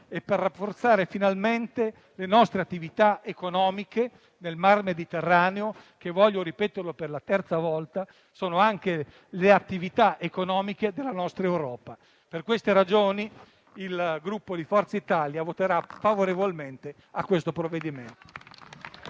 e per rafforzare finalmente le nostre attività economiche nel mar Mediterraneo che - voglio ripeterlo per la terza volta - sono anche le attività economiche della nostra Europa. Per queste ragioni, il Gruppo Forza Italia voterà favorevolmente al provvedimento